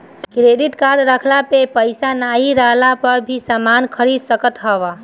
credit card रखला पे पईसा नाइ रहला पअ भी समान खरीद सकत हवअ